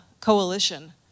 coalition